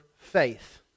faith